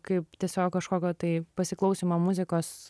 kaip tiesiog kažkokio tai pasiklausymo muzikos